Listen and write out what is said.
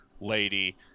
lady